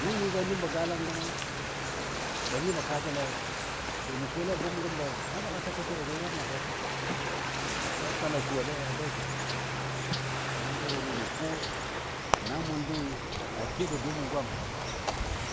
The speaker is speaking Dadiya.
dʊni ga nyimbɔ galan gənɔ ga nyimbɔ kaajəliyo, to mə kɔ lɛi a bʊm gəm bɔ na baga ta koterei, gə yəlam na bwesən sai kala su a bɛtɨyo, nəngɔ jʊgɔ a bwɨ mə ko na mʊn dʊʊi a kebɔ dʊʊmɔ gwam